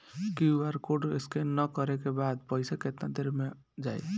QR code scan न करे क बाद पइसा केतना देर म जाई?